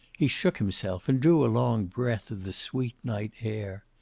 he shook himself, and drew a long breath of the sweet night air.